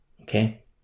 Okay